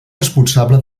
responsable